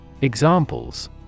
Examples